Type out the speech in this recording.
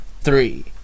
three